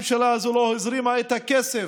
יש מצב כאוס.